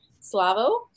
Slavo